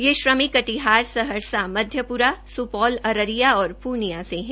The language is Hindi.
ये श्रमिक कटिहार सहरसा मध्यप्रा स्पॉल अररिया और पूर्णियां से है